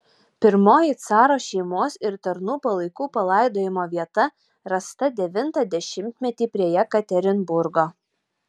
pirmoji caro šeimos ir tarnų palaikų palaidojimo vieta rasta devintą dešimtmetį prie jekaterinburgo